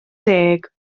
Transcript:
deg